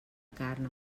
carn